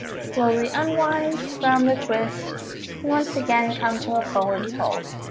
slowly unwind from the twist and once again come to a forward fold